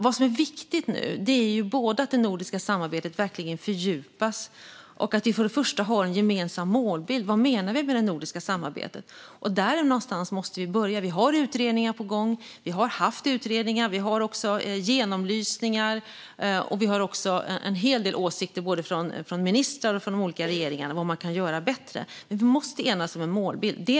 Det som är viktigt nu är att det nordiska samarbetet verkligen fördjupas och att vi har en gemensam målbild. Vad menar vi med det nordiska samarbetet? Där någonstans måste vi börja. Vi har utredningar på gång. Vi har haft utredningar. Vi har genomlysningar och en hel del åsikter både från ministrar och från de olika regeringarna om vad man kan göra bättre. Men vi måste enas om en målbild.